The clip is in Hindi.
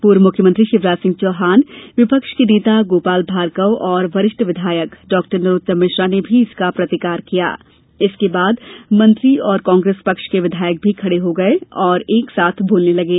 पूर्व मुख्यमंत्री शिवराज सिंह चौहान विपक्ष के नेता गोपाल भार्गव और वरिष्ठ विधायक डॉ नरोत्तम मिश्रा ने भी इसका प्रतिकार किया इसके बाद मंत्री और कांग्रेस पक्ष के विधायक भी खड़े हो गए और एकसाथ बोलने लगे